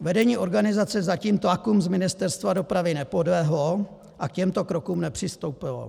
Vedení organizace zatím tlakům z Ministerstva dopravy nepodlehlo a k těmto krokům nepřistoupilo.